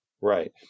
Right